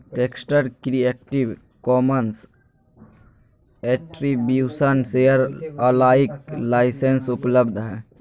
text creative commons attribution share alike licence उपलब्ध हइ